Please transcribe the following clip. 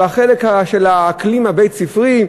והחלק של האקלים הבית-ספרי,